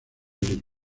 league